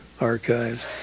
archives